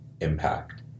impact